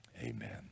Amen